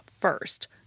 first